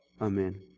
Amen